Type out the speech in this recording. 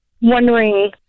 wondering